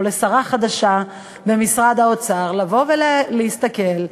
לשרה חדשה במשרד האוצר לבוא ולהסתכל,